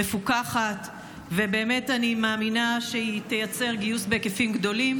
מפוקחת ואני מאמינה שהיא תייצר גיוס בהיקפים גדולים,